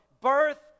birth